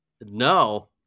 No